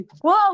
whoa